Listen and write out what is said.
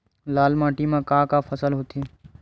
लाल माटी म का का फसल होथे?